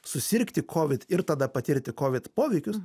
susirgti kovid ir tada patirti kovid poveikius